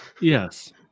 Yes